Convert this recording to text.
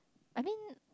I mean